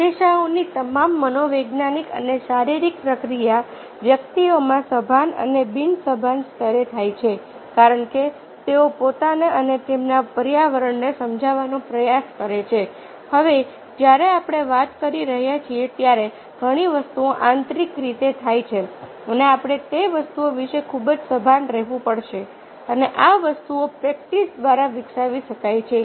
સંદેશાઓની તમામ મનોવૈજ્ઞાનિક અને શારીરિક પ્રક્રિયા વ્યક્તિઓમાં સભાન અને બિન સભાન સ્તરે થાય છે કારણ કે તેઓ પોતાને અને તેમના પર્યાવરણને સમજવાનો પ્રયાસ કરે છે હવે જ્યારે આપણે વાત કરી રહ્યા છીએ ત્યારે ઘણી વસ્તુઓ આંતરિક રીતે થાય છે અને આપણે તે વસ્તુઓ વિશે ખૂબ જ સભાન રહેવું પડશે અને આ વસ્તુઓ પ્રેક્ટિસ દ્વારા વિકસાવી શકાય છે